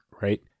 Right